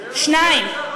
שניים.